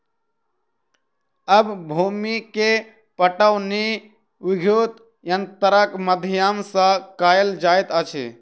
आब भूमि के पाटौनी विद्युत यंत्रक माध्यम सॅ कएल जाइत अछि